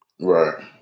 Right